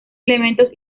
elementos